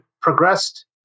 progressed